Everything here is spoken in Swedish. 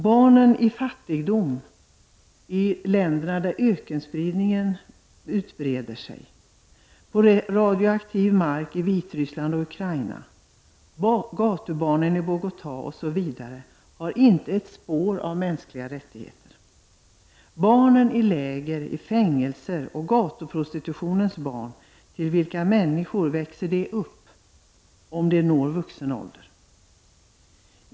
Barnen som lever i fattigdom i länder där öknarna breder ut sig, barn som lever på radioaktiv mark i Vitryssland och Ukraina, gatubarnen i Bogotå osv. har inte ett spår av mänskliga rättigheter. Barnen i läger och i fängelser och gatuprostitutionens barn — till vilka människor växer de upp om de når vuxen ålder?